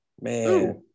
man